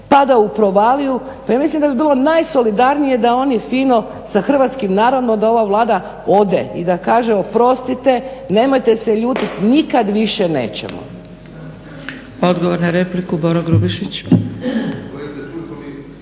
pada u provaliju pa ja mislim da bi bilo najsolidarnije da oni fino sa hrvatskim narodom da ova Vlada ode i da kaže oprostite, nemojte se ljutiti nikad više nećemo.